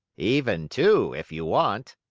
even two, if you want,